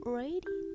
ready